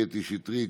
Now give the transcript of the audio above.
קטי שטרית,